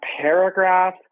paragraph